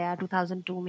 2002